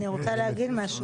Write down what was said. אני רוצה להגיד משהו.